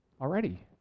already